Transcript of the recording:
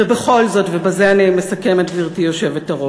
ובכל זאת, ובזה אני מסכמת, גברתי היושבת-ראש,